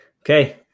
Okay